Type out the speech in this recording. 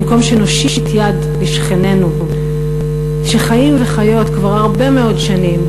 במקום שנושיט יד לשכנינו שחיות וחיים כבר הרבה מאוד שנים,